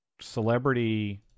celebrity